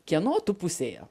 kieno tu pusėje